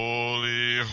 Holy